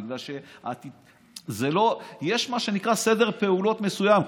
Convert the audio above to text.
בגלל שיש מה שנקרא סדר פעולות מסוים,